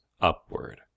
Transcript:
upward